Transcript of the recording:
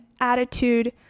attitude